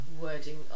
wording